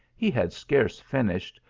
he had scarce finished,